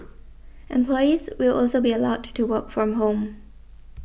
employees will also be allowed to work from home